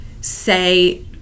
say